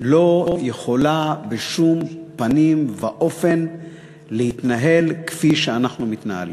לא יכולה בשום פנים ואופן להתנהל כפי שאנחנו מתנהלים.